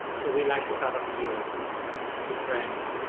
so we like to have a few different